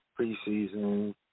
preseason